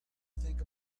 think